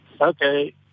Okay